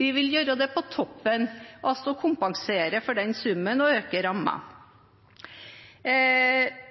vi vil gjøre det på toppen, altså kompensere for den summen og øke rammen.